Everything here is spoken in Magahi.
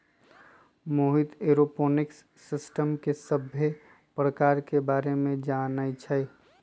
मोहित ऐरोपोनिक्स सिस्टम के सभ्भे परकार के बारे मे जानई छई